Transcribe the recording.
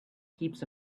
keeps